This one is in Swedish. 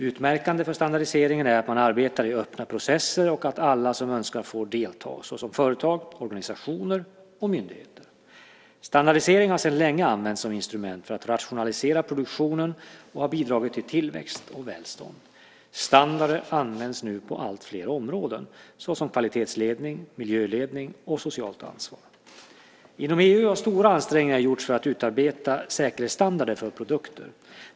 Utmärkande för standardiseringen är att man arbetar i öppna processer och att alla som önskar får delta, såsom företag, organisationer och myndigheter. Standardisering har sedan länge använts som instrument för att rationalisera produktionen och har bidragit till tillväxt och välstånd. Standarder används nu på allt fler områden såsom kvalitetsledning, miljöledning och socialt ansvar. Inom EU har stora ansträngningar gjorts för att utarbeta säkerhetsstandarder för produkter.